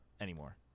anymore